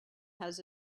has